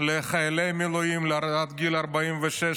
לקציני מילואים עד גיל 46,